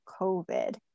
COVID